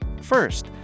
First